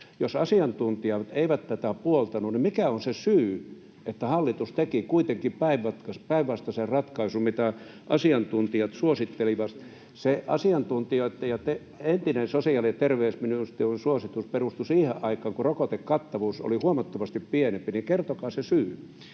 Jos asiantuntijat eivät tätä ole puoltaneet, niin mikä on se syy, että hallitus teki kuitenkin päinvastaisen ratkaisun kuin mitä asiantuntijat suosittelivat? Se asiantuntijoitten ja entinen sosiaali- ja terveysministeriön suositus perustuu siihen aikaan, kun rokotekattavuus oli huomattavasti pienempi. Kertokaa se syy.